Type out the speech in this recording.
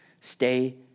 Stay